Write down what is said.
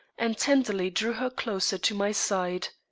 and tenderly drew her closer to my side.